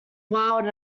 wild